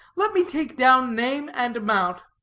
let me take down name and amount.